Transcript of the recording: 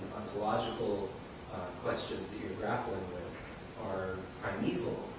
ontological questions that you're grappling with are primeval.